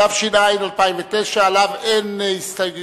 התש"ע 2009, שאין עליה הסתייגויות.